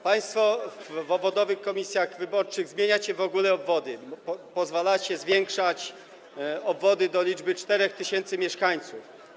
Państwo w obwodowych komisjach wyborczych zmieniacie w ogóle obwody, pozwalacie zwiększać obwody do liczby 4 tys. mieszkańców.